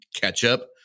ketchup